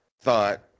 thought